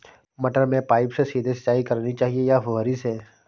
मटर में पाइप से सीधे सिंचाई करनी चाहिए या फुहरी से?